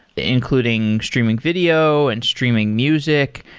including streaming video and streaming music.